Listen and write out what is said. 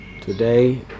Today